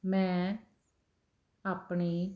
ਮੈਂ ਆਪਣੀ